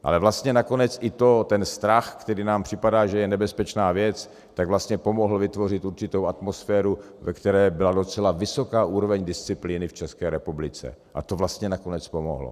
Ale vlastně nakonec i ten strach, který nám připadá, že je nebezpečná věc, pomohl vytvořit určitou atmosféru, ve které byla docela vysoká úroveň disciplíny v České republice, a to vlastně nakonec pomohlo.